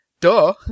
duh